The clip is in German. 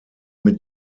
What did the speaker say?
mit